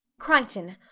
crichton,